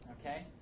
okay